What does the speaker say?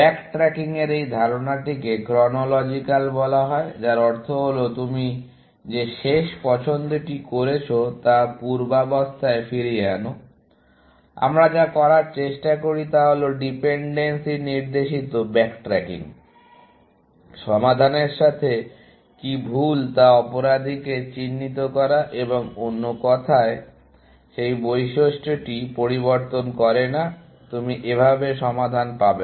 ব্যাকট্র্যাকিংয়ের এই ধরণটিকে ক্রনোলজিক্যাল বলা হয় যার অর্থ হল তুমি যে শেষ পছন্দটি করেছো তা পূর্বাবস্থায় ফিরিয়ে আনো । আমরা যা করার চেষ্টা করি তা হল ডিপেন্ডেন্সি নির্দেশিত ব্যাকট্র্যাকিং সমাধানের সাথে কী ভুল তা অপরাধীকে চিহ্নিত করা বা অন্য কথায় সেই বৈশিষ্ট্যটি পরিবর্তন করে না তুমি এভাবে সমাধান পাবে না